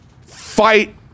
fight